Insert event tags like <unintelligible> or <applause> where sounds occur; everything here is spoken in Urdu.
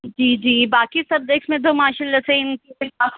جی جی باقی سبجیکس میں تو ماشاءاللہ سے <unintelligible>